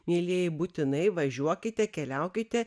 mielieji būtinai važiuokite keliaukite